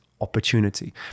opportunity